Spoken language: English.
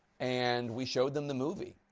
and we showed them the movie.